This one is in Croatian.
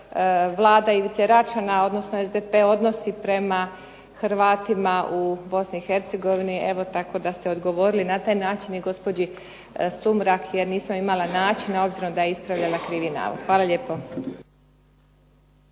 Vlada Ivice Račana, odnosno SDP odnosi prema Hrvatima u Bosni i Hercegovini, evo tako da ste odgovorili na taj način i gospođi Sumrak, jer nisam imala način obzirom da je ispravljala krivi navod. Hvala lijepo.